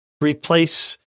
replace